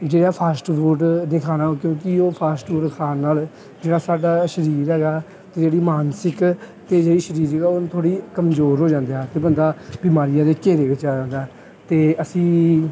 ਜਿਹੜਾ fast food ਨਹੀਂ ਖਾਣਾ ਕਿਉਂਕਿ ਉਹ ਫਾਸਟ ਫੂਡ ਖਾਣ ਨਾਲ਼ ਜਿਹੜਾ ਸਾਡਾ ਸਰੀਰ ਹੈਗਾ ਅਤੇ ਜਿਹੜੀ ਮਾਨਸਿਕ ਅਤੇ ਜਿਹੜੀ ਸਰੀਰਕ ਆ ਉਹ ਥੋੜ੍ਹੀ ਕਮਜ਼ੋਰ ਹੋ ਜਾਂਦੇ ਆ ਅਤੇ ਬੰਦਾ ਬਿਮਾਰੀਆਂ ਦੇ ਘੇਰੇ ਵਿੱਚ ਆ ਜਾਂਦਾ ਅਤੇ ਅਸੀਂ